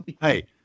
Hey